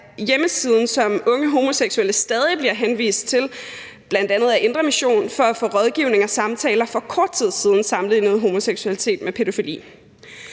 hjemmesiden, som unge homoseksuelle stadig bliver henvist til – bl.a. af Indre Mission – for at få rådgivning og samtaler, for kort tid siden sammenlignede homoseksualitet med pædofili.